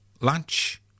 Lunch